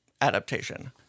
adaptation